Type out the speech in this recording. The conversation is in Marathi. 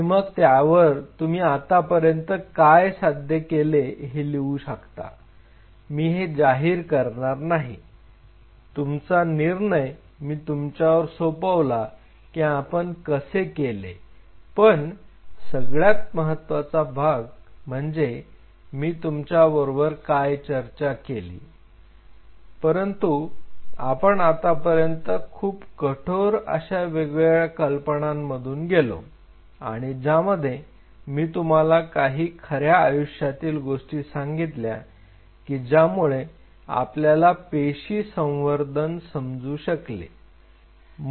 आणि मग त्यावर तुम्ही आतापर्यंत काय साध्य केले हे लिहू शकता मी हे जाहीर करणार नाही तुमचा निर्णय मी तुमच्यावर सोपविल की आपण कसे केले पण सगळ्यात महत्त्वाचं भाग म्हणजे की मी तुमच्या बरोबर काय चर्चा केली परंतु आपण आतापर्यंत खूप कठोर आशा वेगवेगळ्या कल्पनांमधून गेलो आणि ज्यामध्ये मी तुम्हाला काही खऱ्या आयुष्यातील गोष्टी सांगितल्या की ज्यामुळे आपल्याला पेशी संवर्धन समजू शकले